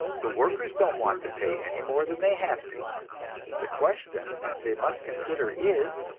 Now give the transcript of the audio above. the workers don't want to pay any more than they have to the question they must consider is,